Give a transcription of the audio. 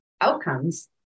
outcomes